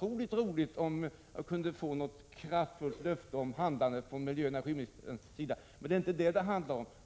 oerhört roligt om jag kunde få något kraftfullt löfte om handlande från miljöoch energiministerns sida.